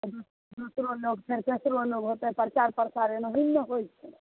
तऽ दोसरो लोग छै तेसरो लोग होतय प्रचार प्रसार एनाही ने होइ छै